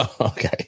okay